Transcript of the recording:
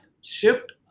shift